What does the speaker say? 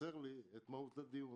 חסר לי מהות הדיון